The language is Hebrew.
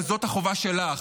אבל זאת החובה שלך,